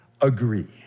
agree